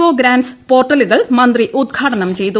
O grants പോർട്ടലുകൾ മന്ത്രി ഉദ്ഘാടനം ചെയ്തു